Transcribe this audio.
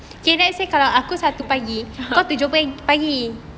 ha